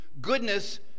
goodness